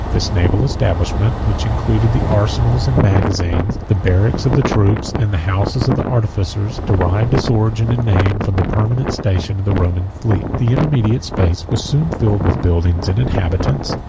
this naval establishment, which included the arsenals and magazines, the barracks of the troops, and the houses of the artificers, derived its origin and name from the permanent station of the roman fleet the intermediate space was soon filled with buildings and inhabitants,